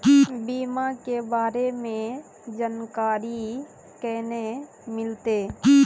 बीमा के बारे में जानकारी केना मिलते?